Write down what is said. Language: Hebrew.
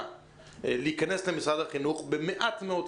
כדי להיכנס למשרד החינוך במעט מאוד כסף,